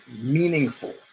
meaningful